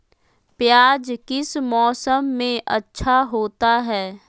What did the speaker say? प्याज किस मौसम में अच्छा होता है?